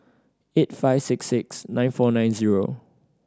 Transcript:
eight five six six nine four nine zero